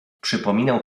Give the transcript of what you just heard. przypominał